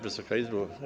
Wysoka Izbo!